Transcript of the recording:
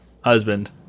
Husband